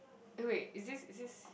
eh wait is this is this